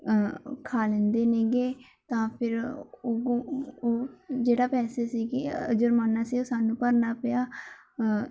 ਖਾ ਲੈਂਦੇ ਨੇਗੇ ਤਾਂ ਫਿਰ ਉਹ ਜਿਹੜੇ ਪੈਸੇ ਸੀਗੇ ਜੁਰਮਾਨਾ ਸੀ ਉਹ ਸਾਨੂੰ ਭਰਨਾ ਪਿਆ